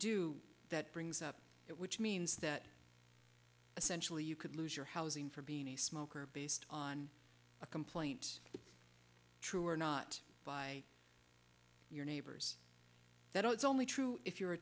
do that brings up it which means that essentially you could lose your housing for being a smoker based on a complaint true or not by your neighbors that it's only true if you're a